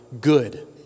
good